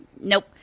Nope